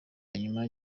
nyuma